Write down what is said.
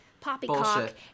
poppycock